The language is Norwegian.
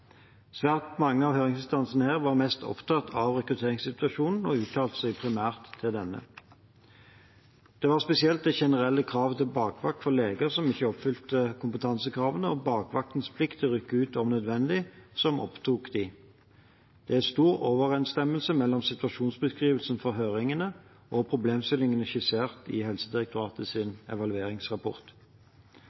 Svært mange av høringsinstansene var mest opptatt av rekrutteringssituasjonen og uttalte seg primært om denne. Det var spesielt det generelle kravet til bakvakt for leger som ikke oppfylte kompetansekravene, og bakvaktens plikt til å rykke ut om nødvendig, som opptok dem. Det er stor overensstemmelse mellom situasjonsbeskrivelsene fra høringene og problemstillingene skissert i Helsedirektoratets evalueringsrapport.